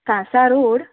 Kansa road